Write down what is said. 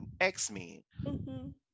x-men